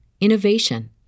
innovation